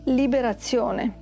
liberazione